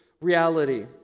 reality